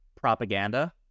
propaganda